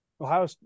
ohio